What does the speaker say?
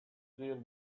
deal